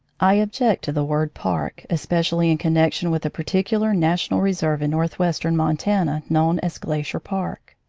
i object to the word park, especially in connection with the particular national reserve in northwestern montana known as glacier park.